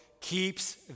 keeps